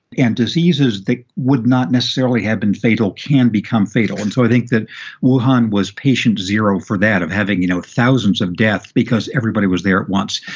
and diseases that would not necessarily have been fatal can become fatal. and so i think that woman was patient zero for that of having, you know, thousands of deaths because everybody was there at once.